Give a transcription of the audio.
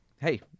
hey